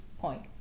point